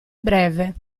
breve